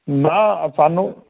ਨਾ ਸਾਨੂੰ